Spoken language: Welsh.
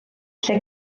lle